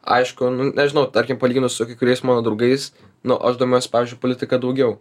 aišku nu nežinau tarkim palyginus su kai kuriais mano draugais nu aš domiuosi pavyzdžiui politika daugiau